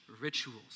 rituals